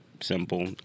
simple